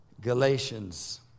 Galatians